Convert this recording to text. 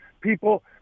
people